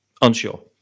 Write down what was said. Unsure